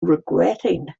regretting